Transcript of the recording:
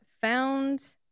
found